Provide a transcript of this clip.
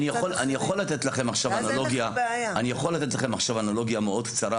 אני יכול לתת לכם עכשיו אנלוגיה מאוד קצרה